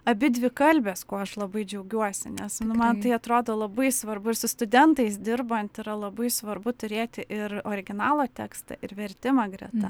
abi dvikalbės kuo aš labai džiaugiuosi nes nu man tai atrodo labai svarbu ir su studentais dirbant yra labai svarbu turėti ir originalo tekstą ir vertimą greta